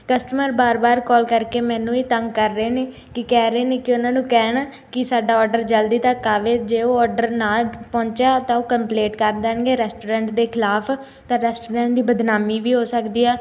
customer ਵਾਰ ਵਾਰ call ਕਰਕੇ ਮੈਨੂੰ ਹੀ ਤੰਗ ਕਰ ਰਹੇ ਨੇ ਕਿ ਕਹਿ ਰਹੇ ਨੇ ਕਿ ਉਨ੍ਹਾਂ ਨੂੰ ਕਹਿਣ ਕਿ ਸਾਡਾ ਓਡਰ ਜਲਦੀ ਤੱਕ ਆਵੇ ਜੇ ਉਹ ਓਡਰ ਨਾ ਪਹੁੰਚਿਆ ਤਾਂ ਉਹ ਕੰਪਲੇਂਟ ਕਰ ਦੇਣਗੇ ਰੈਸਟੋਰੈਂਟ ਦੇ ਖਿਲਾਫ ਤਾਂ ਰੈਸਟੋਰੇਂਟ ਦੀ ਬਦਨਾਮੀ ਵੀ ਹੋ ਸਕਦੀ ਹੈ